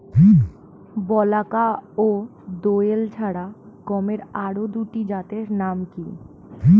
বলাকা ও দোয়েল ছাড়া গমের আরো দুটি জাতের নাম কি?